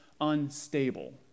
unstable